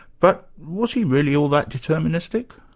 but was he really all that deterministic?